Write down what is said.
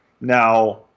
Now